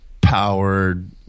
powered